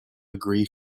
agree